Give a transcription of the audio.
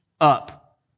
up